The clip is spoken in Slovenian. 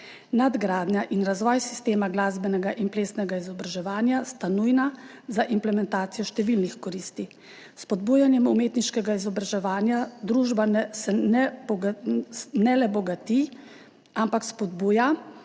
Nadgradnja in razvoj sistema glasbenega in plesnega izobraževanja sta nujna za implementacijo številnih koristi. S spodbujanjem umetniškega izobraževanja se družba ne le bogati ter spodbuja